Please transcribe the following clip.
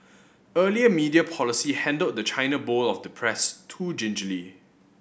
earlier media policy handled the china bowl of the press too gingerly